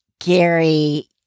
Gary